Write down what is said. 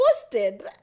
posted